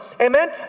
Amen